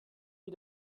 wie